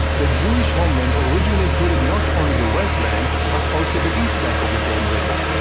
the jewish homeland originally included not only the west bank but also the east bank of the jordan river.